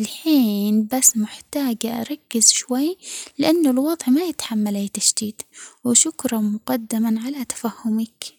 الحين بس محتاجة أركز شوي لأنو الوضع ما يتحمل أي تشتيت، وشكراً مقدماً على تفهمك.